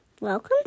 Welcome